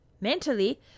mentally